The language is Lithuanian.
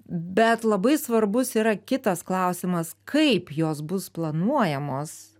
bet labai svarbus yra kitas klausimas kaip jos bus planuojamos